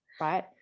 right